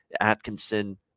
Atkinson